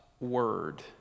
Word